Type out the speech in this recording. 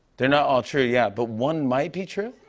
they're not all true, yeah. but one might be true.